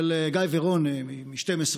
של גיא ורון מ-12,